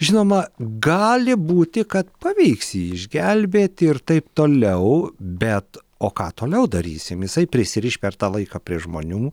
žinoma gali būti kad pavyks jį išgelbėti ir taip toliau bet o ką toliau darysim jisai prisiriš per tą laiką prie žmonių